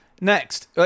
Next